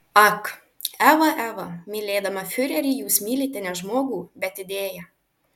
ak eva eva mylėdama fiurerį jūs mylite ne žmogų bet idėją